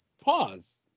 Pause